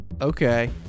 Okay